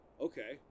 okay